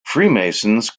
freemasons